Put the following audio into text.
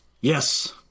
Yes